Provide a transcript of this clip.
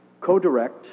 co-direct